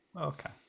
Okay